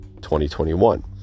2021